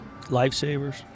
lifesavers